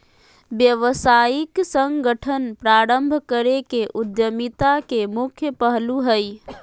व्यावसायिक संगठन प्रारम्भ करे के उद्यमिता के मुख्य पहलू हइ